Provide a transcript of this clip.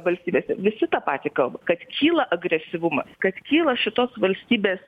valstybėse visi tą patį kalba kad kyla agresyvumas kad kyla šitos valstybės